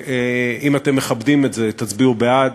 אם אתם מכבדים את זה תצביעו בעד,